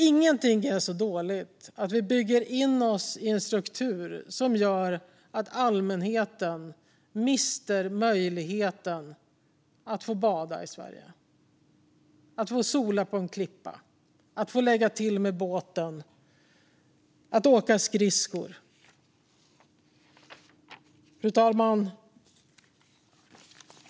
Ingenting är så dåligt som att vi bygger in oss i en struktur som gör att allmänheten i Sverige mister möjligheten att bada, att sola på en klippa, att lägga till med båten och att åka skridskor. Fru talman!